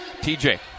TJ